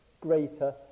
greater